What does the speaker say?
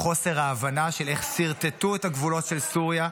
בחוסר ההבנה של איך סרטטו את הגבולות של סוריה,